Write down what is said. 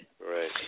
right